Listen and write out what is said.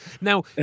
Now